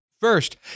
First